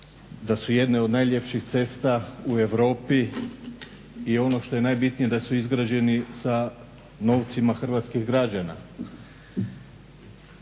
Da su jedne od najljepših cesta u Europi i ono što je najbitnije da su izgrađeni sa novcima hrvatskih građana.